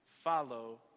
Follow